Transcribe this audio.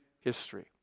history